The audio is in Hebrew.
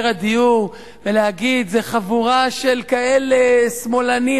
הדיור ולומר: זה חבורה של כאלה שמאלנים,